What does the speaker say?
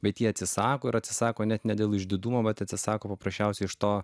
bet jie atsisako ir atsisako net ne dėl išdidumo bet atsisako paprasčiausiai iš to